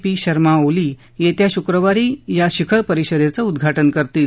P Sharma Oli येत्या शुक्रवारी या शिखर परिषदेचं उद्घाटन करतील